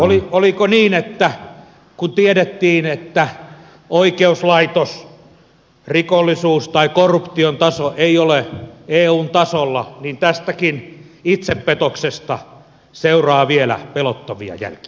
oliko niin että kun tiedettiin että oikeuslaitos rikollisuus tai korruption taso ei ole eun tasolla niin tästäkin itsepetoksesta seuraa vielä pelottavia jälkiä